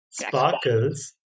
sparkles